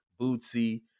Bootsy